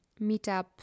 meetup